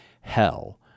hell